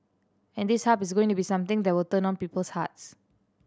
and this Hub is going to be something that will turn on people's hearts